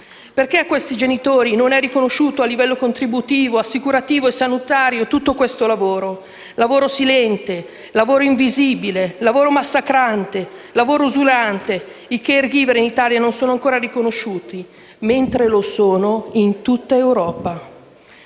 Perché a questi genitori non è riconosciuto a livello contributivo, assicurativo e sanitario tutto questo lavoro? Lavoro silente, lavoro invisibile, massacrante, usurante. I *caregiver* in Italia non sono ancora riconosciuti, mentre lo sono in tutta Europa.